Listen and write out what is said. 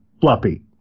fluffy